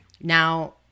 Now